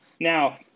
Now